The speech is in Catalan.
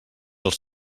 els